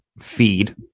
feed